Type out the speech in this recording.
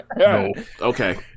Okay